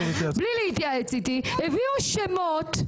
בלי להתייעץ איתי הביאו שמות,